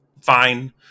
fine